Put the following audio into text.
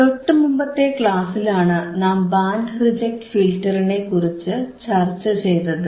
തൊട്ടുമുമ്പത്തെ ക്ലാസിലാണ് നാം band reject ഫിൽറ്ററിനെക്കുറിച്ച് ചർച്ച ചെയ്തത്